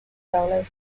solo